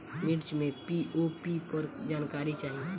मिर्च मे पी.ओ.पी पर जानकारी चाही?